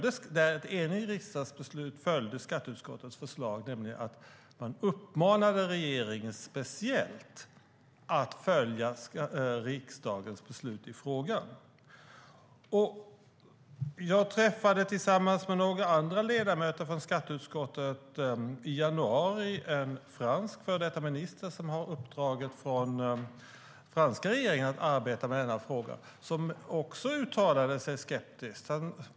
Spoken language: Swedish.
Ett enigt riksdagsbeslut följde skatteutskottets förslag att uppmana regeringen att speciellt följa riksdagens beslut i frågan. Jag träffade tillsammans med några andra ledamöter från skatteutskottet i januari en fransk före detta minister som har uppdraget från franska regeringen att arbeta med denna fråga som också uttalade sig skeptiskt.